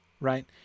right